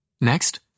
Next